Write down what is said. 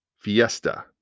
Fiesta